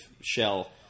shell